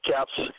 caps